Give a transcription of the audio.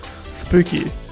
Spooky